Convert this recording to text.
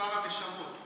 מספר הנשמות.